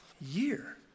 year